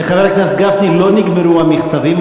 לחבר הכנסת גפני לא נגמרו המכתבים,